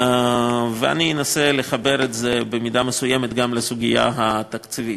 ואני אנסה לחבר את זה במידה מסוימת גם לסוגיה התקציבית,